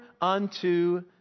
unto